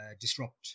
disrupt